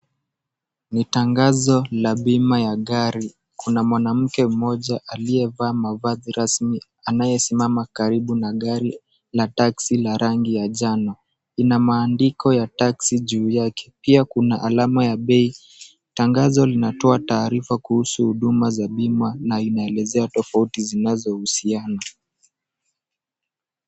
Ni tangazo la bima ya gari. Kuna mwanamke mmoja aliyevaa mavazi rasmi anayesimama karibu na gari la taxi la rangi ya njano, ina maandiko ya taxi juu yake pia kuna alama ya bei. Tangazo linatoa taarifa kuhusu huduma za bima na inaelezea tofauti zinazohusiana.